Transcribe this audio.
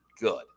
good